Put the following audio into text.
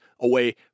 away